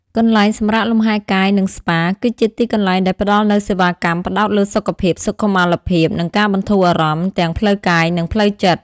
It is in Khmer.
កន្លែងសម្រាកលំហែកាយ និងស្ប៉ា គឺជាទីកន្លែងដែលផ្តល់នូវសេវាកម្មផ្តោតលើសុខភាព សុខុមាលភាព និងការបន្ធូរអារម្មណ៍ ទាំងផ្លូវកាយ និងផ្លូវចិត្ត។